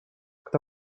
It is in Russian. кто